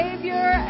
Savior